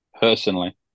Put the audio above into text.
personally